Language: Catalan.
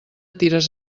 tires